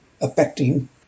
affecting